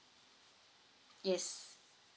yes